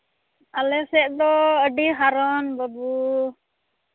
ᱟᱞᱮ ᱥᱮᱫ ᱫᱚ ᱟᱹᱰᱤ ᱦᱟᱨᱚᱱ ᱵᱟᱹᱵᱩ